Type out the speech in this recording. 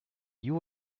you